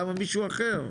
למה מישהו אחר?